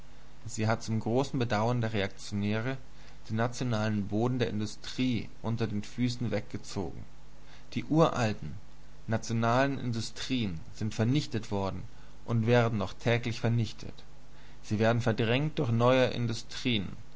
sie hat zum großen bedauern der reaktionäre den nationalen boden der industrie unter den füßen weggezogen die uralten nationalen industrien sind vernichtet worden und werden noch täglich vernichtet sie werden verdrängt durch neue industrien